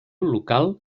local